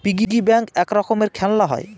piggy bank এক রকমের খেলনা হয়